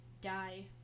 die